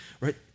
right